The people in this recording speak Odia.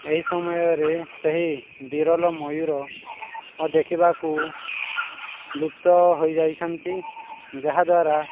ଏହି ସମୟରେ ସେହି ବିରଳ ମୟୁର ଦେଖିବାକୁ ଲୁପ୍ତ ହୋଇଯାଇଛନ୍ତି ଯାହାଦ୍ୱାରା